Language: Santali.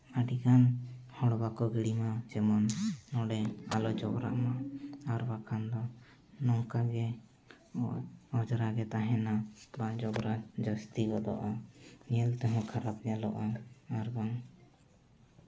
ᱟᱹᱰᱤᱜᱟᱱ ᱦᱚᱲ ᱵᱟᱠᱚ ᱜᱤᱰᱤᱢᱟ ᱡᱮᱢᱚᱱ ᱱᱚᱸᱰᱮ ᱟᱞᱚ ᱡᱚᱵᱨᱟᱜᱼᱢᱟ ᱟᱨ ᱵᱟᱠᱷᱟᱱ ᱫᱚ ᱱᱚᱝᱠᱟᱼᱜᱮ ᱚᱸᱡᱽᱨᱟᱜᱮ ᱛᱟᱦᱮᱱᱟ ᱱᱚᱣᱟ ᱡᱚᱵᱨᱟ ᱡᱟᱹᱥᱛᱤ ᱜᱚᱫᱚᱜᱼᱟ ᱧᱮᱞ ᱛᱮᱦᱚᱸ ᱠᱷᱟᱨᱟᱯ ᱧᱮᱞᱚᱜᱼᱟ ᱟᱨ ᱵᱟᱝ